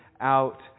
out